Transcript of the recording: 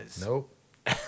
Nope